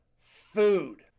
food